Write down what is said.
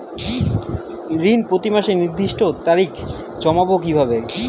ঋণ প্রতিমাসের নির্দিষ্ট তারিখ জানবো কিভাবে?